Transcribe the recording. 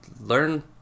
learn